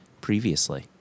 previously